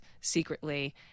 secretly